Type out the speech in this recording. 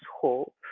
hope